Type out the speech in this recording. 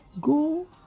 Go